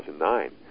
2009